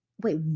wait